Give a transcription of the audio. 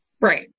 Right